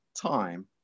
time